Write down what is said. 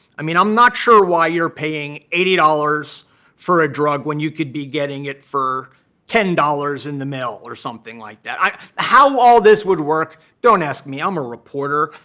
i mean, i'm not sure why you're paying eighty dollars for a drug when you could be getting it for ten dollars in the mail or something like that. how all this would work, don't ask me. i'm a reporter.